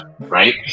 Right